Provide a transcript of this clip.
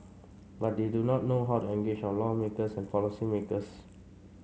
but they do not know how to engage our lawmakers and policymakers